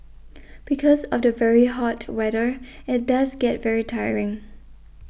because of the very hot weather it does get very tiring